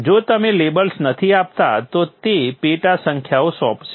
જો તમે લેબલ્સ નથી આપતા તો તે પેટા સંખ્યાઓ સોંપશે